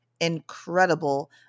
incredible